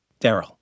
daryl